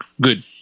good